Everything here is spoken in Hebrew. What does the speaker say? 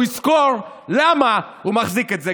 הוא יזכור למה הוא מחזיק את זה,